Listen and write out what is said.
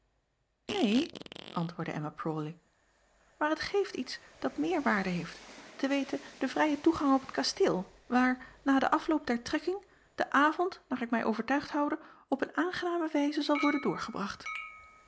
een antwoordde mma rawley maar het geeft iets dat meer waarde heeft te weten den vrijen toegang op het kasteel waar na den afloop der trekking de avond naar ik mij overtuigd houde op een aangename wijze zal worden doorgebracht